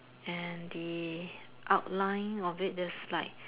and the outline of it is like